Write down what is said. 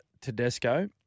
Tedesco